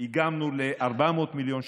איגמנו ל-400 מיליון שקלים,